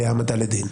להעמדה לדין.